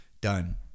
Done